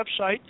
website